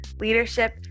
leadership